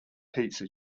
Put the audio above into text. pizza